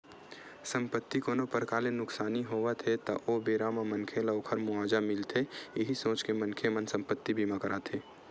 संपत्ति कोनो परकार ले नुकसानी होवत हे ता ओ बेरा म मनखे ल ओखर मुवाजा मिलथे इहीं सोच के मनखे मन संपत्ति बीमा कराथे